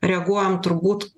reaguojam turbūt